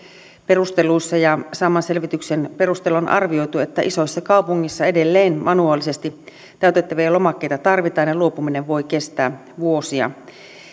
perusteluissa ja saadun selvityksen perusteella on arvioitu että isoissa kaupungeissa edelleen manuaalisesti täytettäviä lomakkeita tarvitaan ja luopuminen voi kestää vuosia